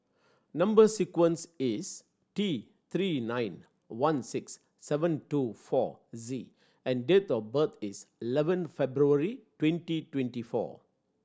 number sequence is T Three nine one six seven two four Z and date of birth is eleven February twenty twenty four